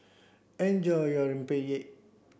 enjoy your Rempeyek